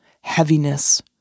heaviness